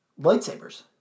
Lightsabers